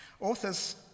Authors